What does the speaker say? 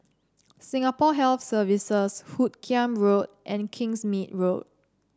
Singapore Health Services Hoot Kiam Road and Kingsmead Road